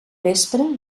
vespre